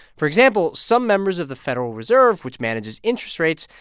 for example, some members of the federal reserve, which manages interest rates,